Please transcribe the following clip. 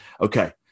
Okay